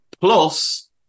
plus